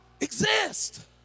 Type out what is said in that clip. exist